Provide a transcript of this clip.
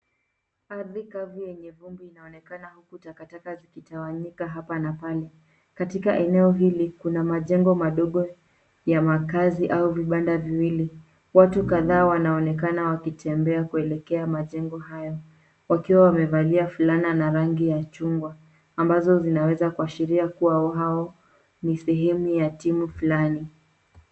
Ardhi yenye vumbi inaonekana huku takataka zikitawanyika hapa na pale. Katika eneo hili, kuna majengo madogo ya makazi au vibanda viwili. Watu kadhaa wanaonekana wakitembea kuelekea majengo hayo wakiwa wamevalia fulana na rangi ya chungwa ambazo zinaweza kuashiria kuwa wao ni sehemu ya timu fulani.